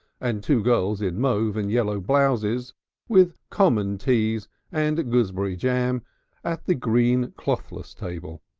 and two girls in mauve and yellow blouses with common teas and gooseberry jam at the green clothless table,